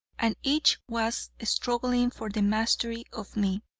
and each was struggling for the mastery of me.